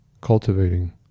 cultivating